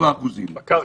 באחוזי קרקע.